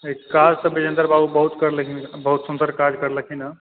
काज तऽ विजयेंद बाबू बहुत करलखिन बहुत सुन्दर काज करलखिन हँ